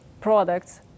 products